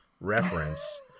reference